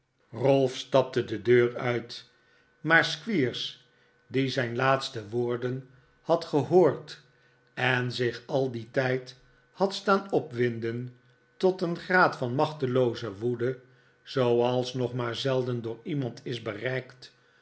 ralph stapte de deur uit maar squeers tv nikolaas nickleby die zijn laatste woorden had gehoord en die zich al dien tijd had staan opwinden tot een graad van machtelooze woede zooals nog maar zelden door iemand is bereikt